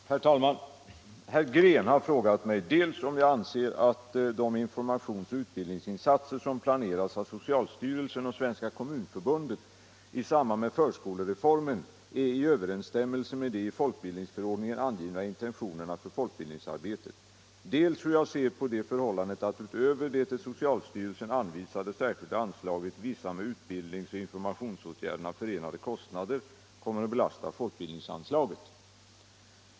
Herr talman! Herr Green har frågat mig dels om jag anser att de informationsoch utbildningsinsatser som planeras av socialstyrelsen och Svenska kommunförbundet i samband med förskolereformen är i överensstämmelse med de i folkbildningsförordningen angivna intentionerna för folkbildningsarbetet, dels hur jag ser på det förhållandet att utöver det till socialstyrelsen anvisade särskilda anslaget vissa med utbildningsoch informationsåtgärderna förenade kostnader kommer att belasta folkbildningsanslaget.